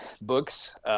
books